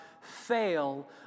fail